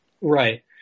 Right